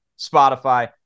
Spotify